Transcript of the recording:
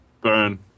burn